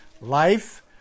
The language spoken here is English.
life